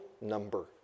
number